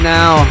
now